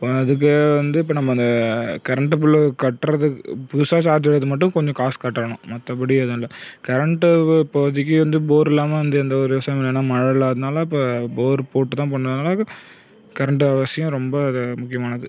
இப்போது அதுக்கு வந்து இப்போது நம்ம அந்த கரண்ட் பில் கட்டுறதுக்கு புதுசாக சார்ஜர் இது மட்டும் கொஞ்சம் காசு கட்டணும் மற்றபடி எதுவும் இல்லை கரண்ட் இப்போதைக்கி வந்து போர் இல்லாமல் வந்து எந்த ஒரு விவசாயமுமில்லை ஏன்னால் மழை இல்லாததுனால் இப்போது போர் போட்டுதான் பண்ணுவாங்க அது கரண்ட் அவசியம் ரொம்ப அது முக்கியமானது